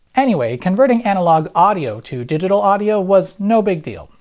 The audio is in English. anyway, converting analog audio to digital audio was no big deal.